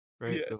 right